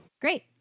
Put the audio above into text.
Great